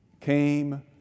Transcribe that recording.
came